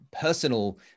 personal